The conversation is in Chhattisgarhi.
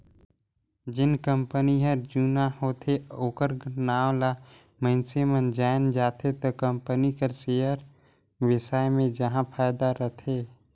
जेन कंपनी हर जुना होथे अउ ओखर नांव ल मइनसे मन जाएन जाथे त कंपनी कर सेयर बेसाए मे जाहा फायदा रथे